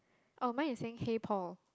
or mine is saying hey Paul